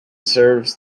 serves